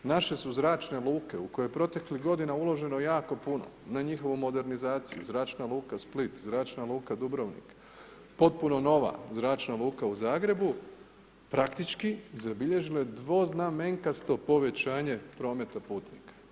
Naše su zračne luke, u koje je proteklih godina uloženo jako puno, na njihovu modernizaciju, zračna luka Split, zračna luka Dubrovnik, potpuno nova zračna luka u Zagrebu, praktički zabilježile dvoznamenkasto povećanje prometa putnika.